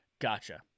Gotcha